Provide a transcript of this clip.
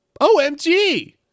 OMG